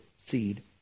seed